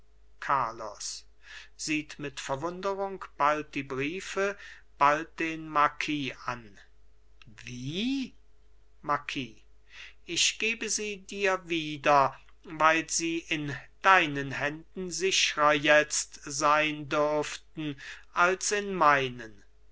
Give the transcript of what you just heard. carlos sieht mit verwunderung bald die briefe bald den marquis an wie marquis ich gebe sie dir wieder weil sie in deinen händen sichrer jetzt sein dürften als in meinen